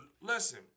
Listen